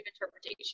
interpretation